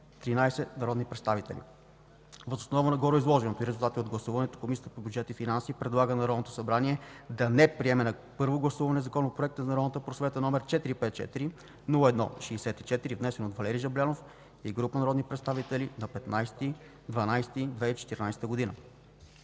13 народни представители. Въз основа на гореизложеното и резултатите от гласуването Комисия по бюджет и финанси предлага на Народното събрание да не приеме на първо гласуване Законопроекта за народната просвета, № 454-01-64, внесен от Валери Жаблянов и група народни представители на 15 декември 2014 г.”